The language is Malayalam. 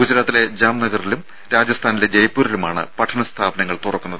ഗുജറാത്തിലെ ജാംനഗറിലും രാജസ്ഥാനിലെ ജയ്പൂരിലുമാണ് പഠന സ്ഥാപനങ്ങൾ തുറക്കുന്നത്